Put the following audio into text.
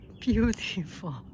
Beautiful